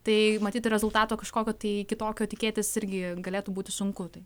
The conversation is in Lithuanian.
tai matyt rezultato kažkokio tai kitokio tikėtis irgi galėtų būti sunku tai